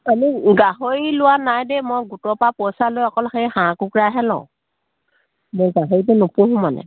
আনি গাহৰি লোৱা নাই দেই মই গোটৰ পা পইচা লৈ অকল সেই হাঁহ কুকুৰাহে লওঁ মই গাহৰিটো নুপোহো মানে